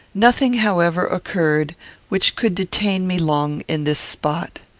nothing, however, occurred which could detain me long in this spot.